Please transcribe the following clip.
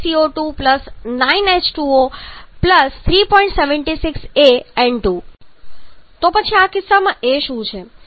76 a N2 તો પછી આ કિસ્સામાં a શું છે